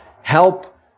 help